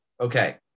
okay